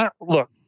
look